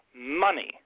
money